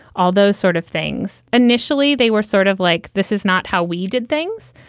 all those sort of things. initially, they were sort of like, this is not how we did things.